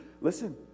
Listen